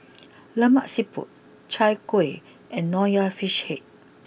Lemak Siput Chai Kueh and Nonya Fish Head